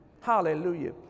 Hallelujah